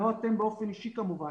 לא אתם באופן אישי כמובן,